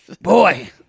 boy